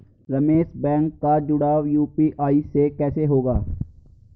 Ramesh bank का जुड़ाव UPI से कैसे होगा?